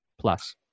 plus